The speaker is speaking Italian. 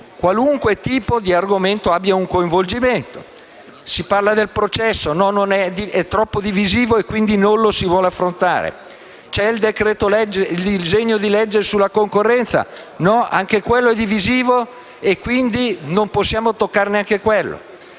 qualunque tipo di argomento comporti un coinvolgimento. Si parla del processo? No, è troppo divisivo e non lo si vuole affrontare. C'è il disegno di legge sulla concorrenza? No, anche quello è divisivo e, quindi, non possiamo toccare neanche quello.